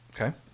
Okay